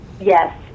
Yes